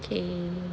okay